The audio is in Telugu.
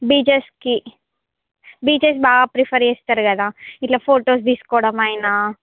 బీచెస్కి బీచెస్ బాగా ప్రిఫర్ చేస్తారు కదా ఇలా ఫొటోస్ తీసుకోవడమైనా